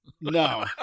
No